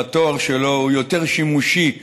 והתואר שלו הוא יותר שימושי,